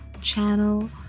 channel